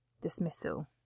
dismissal